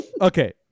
Okay